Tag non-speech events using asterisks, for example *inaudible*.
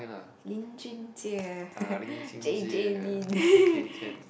Lin Jun Jie *laughs* J_J-Lin *laughs*